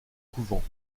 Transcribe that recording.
couvent